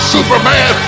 Superman